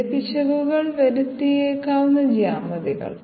ചില പിശകുകൾ വരുത്തിയേക്കാവുന്ന ജ്യാമിതികൾ